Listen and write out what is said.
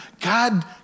God